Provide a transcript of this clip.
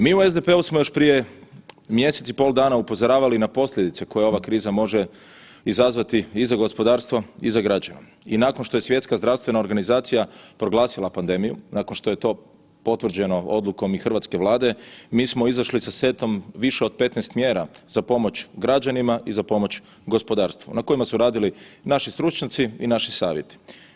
Mi u SDP-u smo još prije mjesec i pol dana upozoravali na posljedice koje ova kriza može izazvati i za gospodarstvo i za građane i nakon što je Svjetska zdravstvena organizacija proglasila pandemiju, nakon što je to potvrđeno odlukom i hrvatske Vlade, mi smo izašli sa setom više od 15 mjera za pomoć građanima i za pomoć gospodarstvu, na kojima su radili naši stručnjaci i naši savjeti.